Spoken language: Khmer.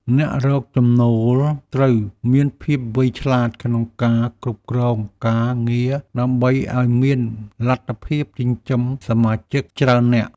អ្នករកចំណូលត្រូវមានភាពវៃឆ្លាតក្នុងការគ្រប់គ្រងការងារដើម្បីឱ្យមានលទ្ធភាពចិញ្ចឹមសមាជិកច្រើននាក់។